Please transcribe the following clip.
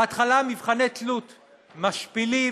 בהתחלה מבחני תלות משפילים,